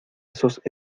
esos